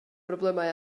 broblemau